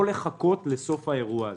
לא לחכות לסוף האירוע הזה.